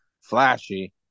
flashy